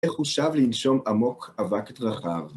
איך הוא שב לנשום עמוק אבק דרכיו?